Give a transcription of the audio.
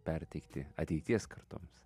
perteikti ateities kartoms